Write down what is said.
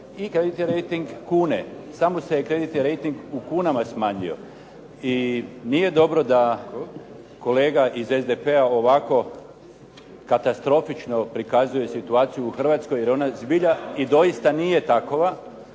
i kreditni rejting kune. Samo se kreditni rejting u kunama smanjio. I nije dobro da kolega iz SDP-a ovako katastrofično prikazuje situaciju u Hrvatskoj, jer ona zbilja i doista nije takova